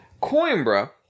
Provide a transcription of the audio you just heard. Coimbra